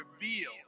reveal